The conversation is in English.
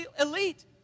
elite